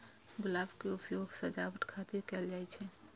गुलाब के उपयोग सजावट खातिर कैल जाइ छै